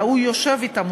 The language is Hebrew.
אלא הוא יושב אתם,